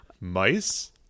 Mice